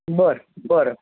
बर बरं